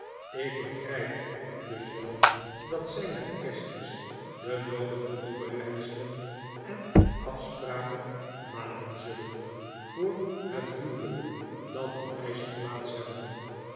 ik begryp het dus wel dat zy met kerstmis de noodige toebereidselen en afspraken maken zullen voor het huwelyk dat in mei zal plaats hebben